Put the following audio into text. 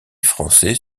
français